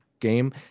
Game